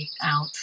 out